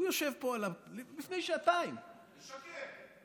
הוא יושב פה לפני שעתיים, משקר.